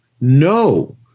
No